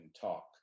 talk